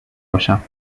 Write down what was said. باشم